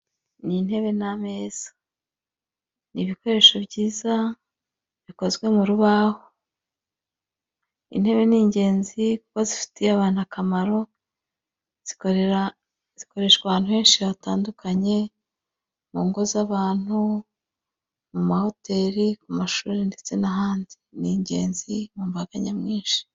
Ni intebe n'ameza. Ni ibikoresho byiza bikozwe mu rubaho. Intebe ni ingenzi kuko zifitiye abantu akamaro zikoreshwa ahantu henshi hatandukanye, mu ngo z'abantu, mu mahoteli, ku mashuri, ndetse n'ahandi. Ni ingenzi mu mbaga nyamwinshi.